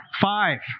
Five